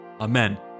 Amen